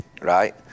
Right